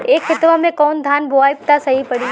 ए खेतवा मे कवन धान बोइब त सही पड़ी?